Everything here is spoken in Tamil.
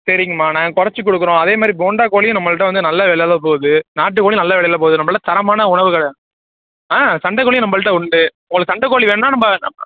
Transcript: சரிங்கம்மா நாங்கள் குறைச்சிக் கொடுக்குறோம் அதே மாதிரி போண்டாக்கோழியும் நம்மகிட்ட வந்து நல்ல விலைல போகுது நாட்டுக் கோழியும் நல்ல விலைல போகுது நம்மள்கிட்ட தரமான உணவுகள் ஆ சண்டைக் கோழியும் நம்மள்ட்ட உண்டு உங்களுக்கு சண்டைக் கோழி வேணுன்னால் நம்ம